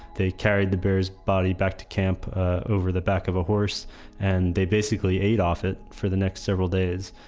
they carried the bear's body back to camp over the back of a horse and they basically ate off it for the next several days.